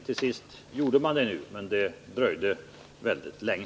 Till sist gjorde man det, men det dröjde väldigt länge.